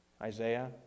Isaiah